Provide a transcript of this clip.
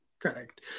correct